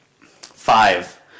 Five